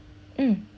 mm